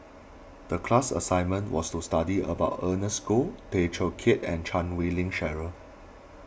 the class assignment was to study about Ernest Goh Tay Teow Kiat and Chan Wei Ling Cheryl